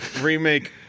Remake